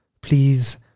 please